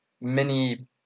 mini